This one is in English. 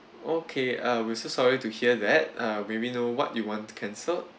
okay uh we're so sorry to hear that uh may we know what you want to cancel